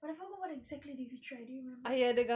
but I forgot what exactly did we try do you remember